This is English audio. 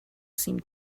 seemed